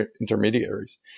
intermediaries